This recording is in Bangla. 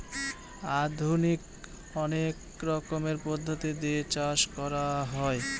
আধুনিক অনেক রকমের পদ্ধতি দিয়ে চাষ করা হয়